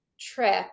trip